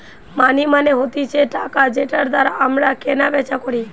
মানি মানে হতিছে টাকা যেটার দ্বারা আমরা কেনা বেচা করি